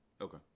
Okay